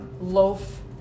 loaf